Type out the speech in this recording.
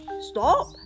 Stop